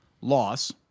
Loss